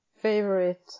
favorite